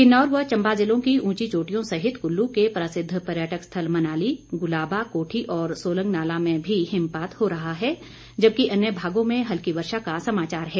किन्नौर चंबा जिलों की ऊंची चोंटियों सहित कुल्लू के प्रसिद्ध पर्यटक स्थल मनाली गुलाबा कोठी और सोलंगनाला में भी हिमपात हो रहा है जबकि अन्य भागों में हल्की वर्षा का समाचार है